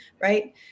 right